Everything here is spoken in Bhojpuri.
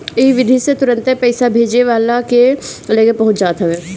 इ विधि से तुरंते पईसा भेजे वाला के लगे पहुंच जात हवे